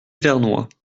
vernois